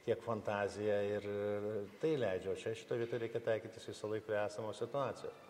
kiek fantazija ir tai leidžia o čia šitoj vietoj reikia taikytis visąlaik prie esamos situacijos